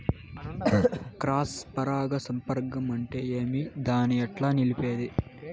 Cross పరాగ సంపర్కం అంటే ఏమి? దాన్ని ఎట్లా నిలిపేది?